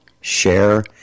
share